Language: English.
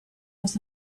was